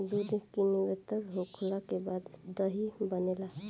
दूध किण्वित होखला के बाद दही बनेला